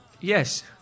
yes